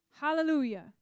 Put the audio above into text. Hallelujah